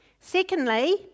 Secondly